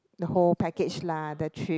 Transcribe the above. the whole package lah the cheap